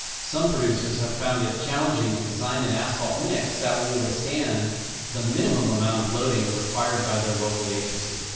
some producers have found it challenging to design an asphalt mix that will withstand the minimum amount of loading required by their local agency.